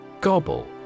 Gobble